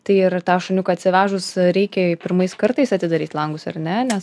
tai ir tą šuniuką atsivežus reikia pirmais kartais atidaryt langus ar ne